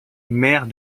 maire